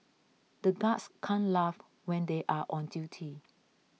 the guards can't laugh when they are on duty